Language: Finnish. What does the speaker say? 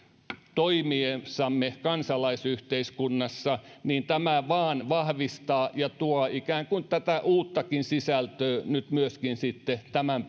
toimiessamme kansalaisyhteiskunnassa niin tämä vain vahvistaa ja tuo ikään kuin uuttakin sisältöä nyt sitten myöskin tämän